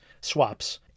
swaps